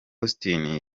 austin